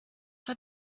hat